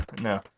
No